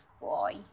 boy